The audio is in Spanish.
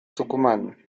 tucumán